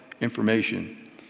information